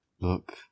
Look